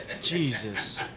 Jesus